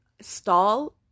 Stall